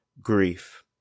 grief